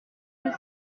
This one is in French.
deux